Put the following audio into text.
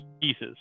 pieces